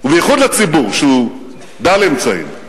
בייחוד הציבור שהוא דל אמצעים,